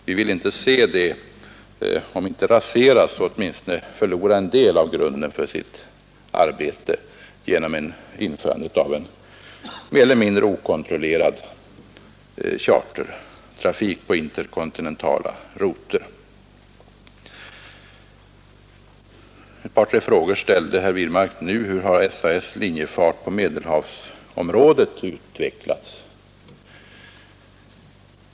Vi vill inte se det om inte raseras så åtminstone förlora en del av grunden för sitt arbete genom införande av mer eller mindre okontrollerad chartertrafik på interkontinentala rutter. Ett par tre frågor ställde herr Wirmark nu. Hur har SAS:s linjefart på Medelhavsområdet utvecklats?